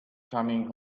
coming